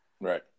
Right